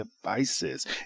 devices